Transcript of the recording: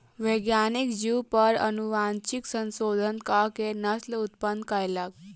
वैज्ञानिक जीव पर अनुवांशिक संशोधन कअ के नस्ल उत्पन्न कयलक